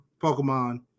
Pokemon